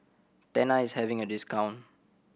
Tena is having a discount